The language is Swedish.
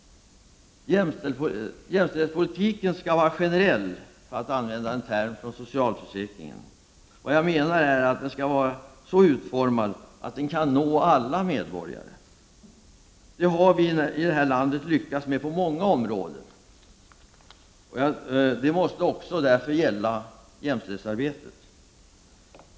Jämställdhetspolitiken skall vara generell, för att använda en term från socialförsäkringen. Vad jag menar är att den måste vara så utformad att den kan nå alla medborgare. Det har vi i det här landet lyckats med på många områden, och det måste därför också gälla för jämställdhetsarbetet.